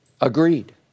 Agreed